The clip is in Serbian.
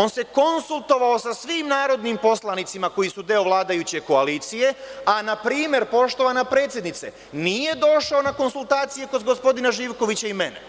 On se konsultovao sa svim narodnim poslanicima koji su deo vladajuće koalicije, a, npr, poštovana predsednice, nije došao na konsultacije kod gospodina Živkovića i mene